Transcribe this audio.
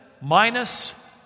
minus